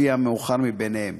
לפי המאוחר מביניהם.